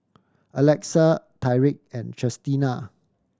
Alexa Tyrik and Chestina